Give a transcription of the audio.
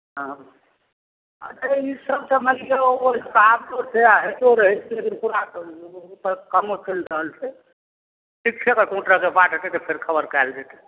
हँ अरे ईसभ तऽ मानि लिअ होइते रहैत छै ओ तऽ चलि रहल छै ठीक छै तऽ कोनो तरहके बात हेतै तऽ फेर खबर कैल जेतै